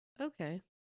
Okay